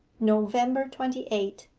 november twenty eight,